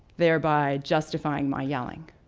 thereby justifying my yelling.